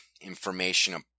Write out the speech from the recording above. information